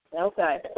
Okay